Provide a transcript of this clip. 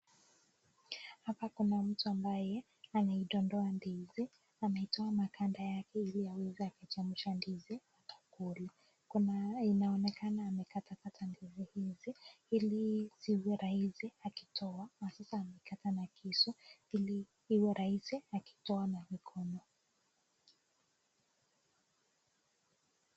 Hapa kuna mtu ambaye anaidondoa ndizi, anaitoa maganda yake ili aweze kuichemsha ndizi akakula. Kuna inaonekana amekatakata ndizi hizi ili ziwe rahisi akitoa. Sasa ameikata na kisu ili iwe rahisi akitoa na mikono.